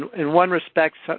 in one respect, so